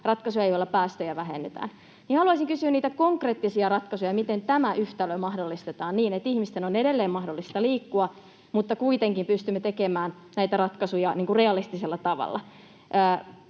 ratkaisuja, joilla päästöjä vähennetään, haluaisin kysyä niitä konkreettisia ratkaisuja: miten tämä yhtälö mahdollistetaan niin, että ihmisten on edelleen mahdollista liikkua mutta kuitenkin pystymme tekemään näitä ratkaisuja realistisella tavalla?